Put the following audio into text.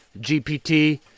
GPT